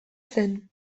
zen